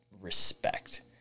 respect